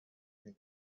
نگه